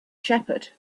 shepherd